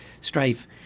strife